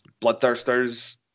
Bloodthirsters